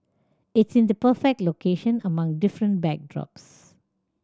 it's in the perfect location among different backdrops